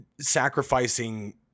sacrificing